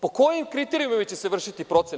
Po kojim kriterijumima će se vršiti procena?